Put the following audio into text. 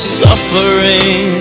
suffering